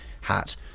hat